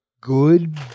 good